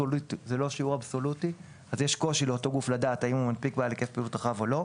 יש קושי לאותו גוף לדעת האם הוא מנפיק בעל היקף פעילות רחב או לא.